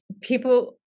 people